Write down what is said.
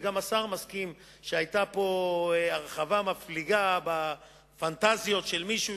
וגם השר מסכים שהיתה פה הרחבה מפליגה בפנטזיות של מישהו,